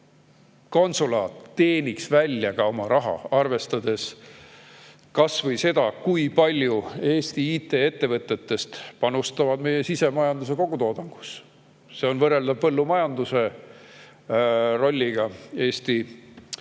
konsulaat teeniks ka oma raha välja, arvestades kas või seda, kui palju Eesti IT-ettevõtted panustavad meie sisemajanduse kogutoodangusse. See on võrreldav põllumajanduse rolliga Eesti SKT‑s.